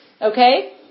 Okay